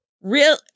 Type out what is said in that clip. real